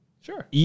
sure